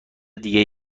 دیگه